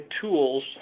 tools